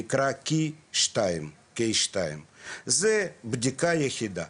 נקרא 2K. זו הבדיקה היחידה.